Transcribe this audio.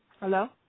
Hello